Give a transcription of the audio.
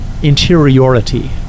interiority